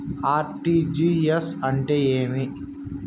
RTGS అంటే ఏమి?